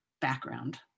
background